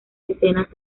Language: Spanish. decenas